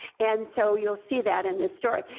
and so you'll see that in this story.